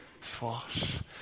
swash